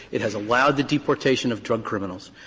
it has allowed the deportation of drug criminals.